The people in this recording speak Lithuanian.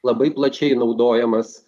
labai plačiai naudojamas